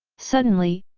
suddenly,